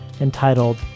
entitled